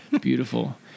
beautiful